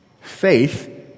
Faith